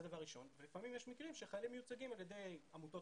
לפעמים יש מקרים שחיילים מיוצגים על ידי עמותות